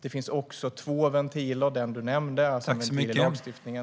Det finns två ventiler: en i lagstiftningen och ytterligare en.